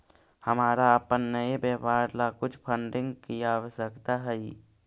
हमारा अपन नए व्यापार ला कुछ फंडिंग की आवश्यकता हई